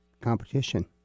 competition